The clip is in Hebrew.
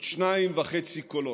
עוד שניים וחצי קולות.